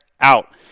out